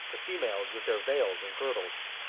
the females with their veils and girdles.